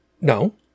no